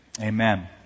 amen